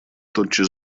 тотчас